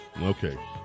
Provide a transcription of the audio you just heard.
Okay